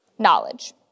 knowledge